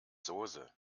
soße